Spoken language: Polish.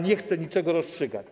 Nie chcę niczego rozstrzygać.